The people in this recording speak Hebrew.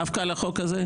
דווקא על החוק הזה?